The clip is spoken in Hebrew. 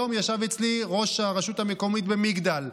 היום ישב אצלי ראש הרשות המקומית במגדל,